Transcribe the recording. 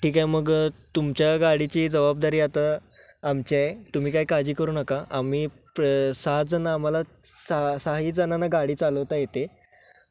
ठीक आहे मग तुमच्या गाडीची जबाबदारी आता आमची आहे तुम्ही काय काळजी करू नका आम्ही प्र सहाजणं आम्हाला सा सहाहीजणांना गाडी चालवता येते